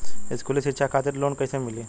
स्कूली शिक्षा खातिर लोन कैसे मिली?